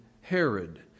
Herod